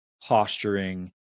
posturing